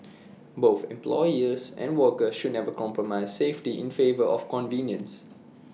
both employers and workers should never compromise safety in favour of convenience